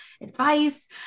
advice